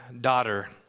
daughter